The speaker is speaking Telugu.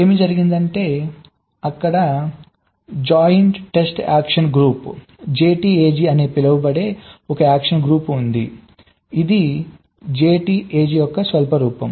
ఏమి జరిగిందంటే అక్కడ joint test action group JTAG అని పిలువబడే ఒక యాక్షన్ గ్రూప్ ఉంది ఇది JTAG యొక్క స్వల్ప రూపం